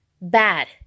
bad